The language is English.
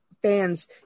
fans